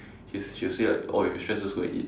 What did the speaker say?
she she will say like oh if you stressed just go and eat